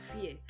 fear